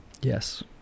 Yes